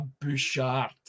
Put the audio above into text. Bouchard